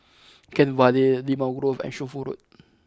Kent Vale Limau Grove and Shunfu Road